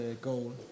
goal